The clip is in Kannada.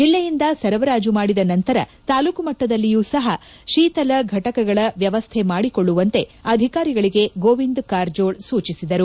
ಜಿಲ್ಲೆಯಿಂದ ಸರಬರಾಜು ಮಾಡಿದ ನಂತರ ತಾಲ್ಲೂಕು ಮಟ್ಟದಲ್ಲಿಯೂ ಸಪ ಶೀಥಲ ಫಟಕಗಳ ವ್ಕವಸ್ಥೆ ಮಾಡಿಕೊಳ್ಳುವಂತೆ ಅಧಿಕಾರಿಗಳಿಗೆ ಗೋವಿಂದ ಕಾರಜೋಳ ಸೂಚಿಸಿದರು